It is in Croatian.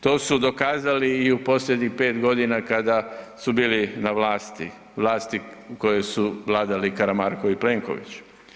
To su dokazali i u posljednjih 5.g. kada su bili na vlasti, vlasti u kojoj su vladali Karamarko i Plenković.